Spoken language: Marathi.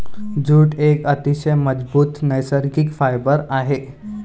जूट एक अतिशय मजबूत नैसर्गिक फायबर आहे